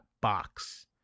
box